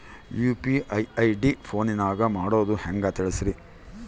UPI ID ಫೋನಿನಾಗ ಮಾಡೋದು ಹೆಂಗ ತಿಳಿಸ್ರಿ?